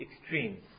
extremes